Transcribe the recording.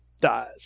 dies